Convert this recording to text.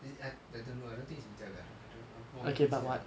is it I I don't know I don't think is meteor garden I don't know what is it ah